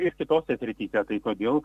ir kitose srityse tai kodėl